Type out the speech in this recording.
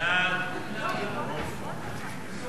בדבר אישור